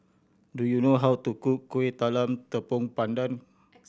do you know how to cook Kueh Talam Tepong Pandan